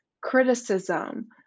criticism